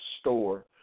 store